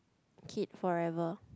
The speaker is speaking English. kid forever